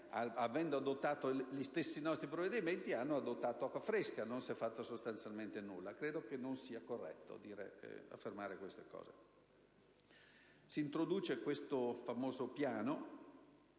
avendo adottato gli stessi nostri provvedimenti, hanno adottato acqua fresca e che non si è fatto sostanzialmente nulla. Credo non sia corretto fare tali affermazioni. Si introduce questo famoso Piano